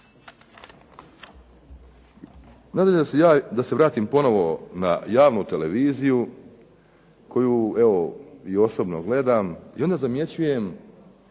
onoliko. Da se vratim ponovno na javnu televiziju koju osobno gledam i onda zamjećujem